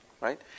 right